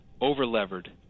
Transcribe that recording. over-levered